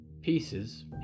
Pieces